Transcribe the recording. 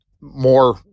more